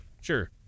Sure